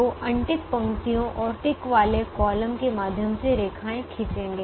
तो अनटिक पंक्तियों और टिक वाले कॉलम के माध्यम से रेखाएं खींचेगे